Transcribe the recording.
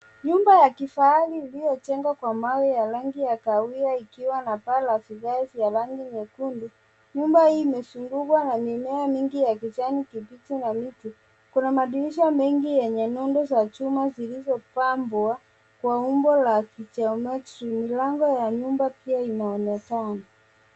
Nyumba ya kifahari iliojengwa kwa mawe ya rangi ya kahawia ikiwa na paa la vigae vya rangi nyekundu. Nyumba hii imezungukwa na mimea mingi ya kijani kibichi na miti. Kuna madirisha mengi enye nudundu za chuma zilizopambwa kwa umbo ya kichemetri. Mlango ya nyumba pia inaonekana.